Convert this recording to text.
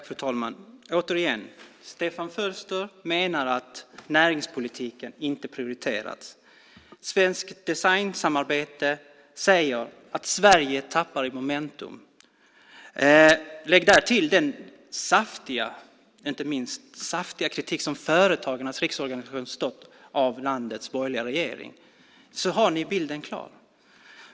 Fru talman! Återigen: Stefan Fölster menar att näringspolitiken inte prioriteras. Svenskt Designsamarbete säger att Sverige tappar i momentum. Lägg därtill den saftiga kritik som Företagarnas riksorganisation gett landets borgerliga regering. Då har ni bilden klar.